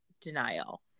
denial